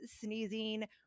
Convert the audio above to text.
sneezing